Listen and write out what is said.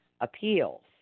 appeals